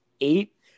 Eight